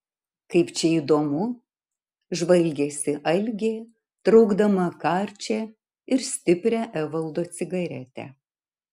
kaip čia įdomu žvalgėsi algė traukdama karčią ir stiprią evaldo cigaretę